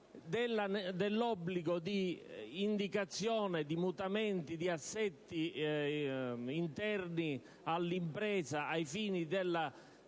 dell'obbligo di indicare eventuali mutamenti di assetti interni all'impresa ai fini della